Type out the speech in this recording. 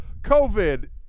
COVID